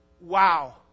wow